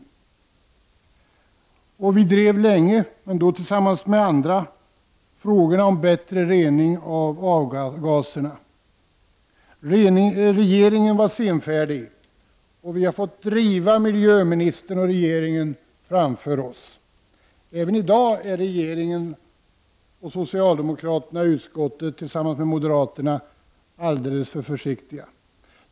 Vi i folkpartiet drev länge tillsammans med andra frågorna om bättre rening av avgaserna. Regeringen var senfärdig, och vi har fått driva miljöministern och regeringen framför oss. Även i dag är regeringen och socialdemokraterna i utskottet tillsammans med moderaterna alldeles för försiktiga.